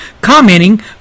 commenting